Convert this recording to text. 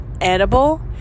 edible